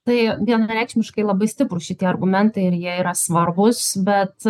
tai vienareikšmiškai labai stiprūs šitie argumentai ir jie yra svarbūs bet